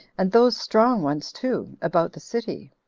and those strong ones too, about the city?